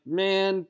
man